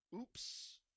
Oops